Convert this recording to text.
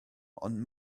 ond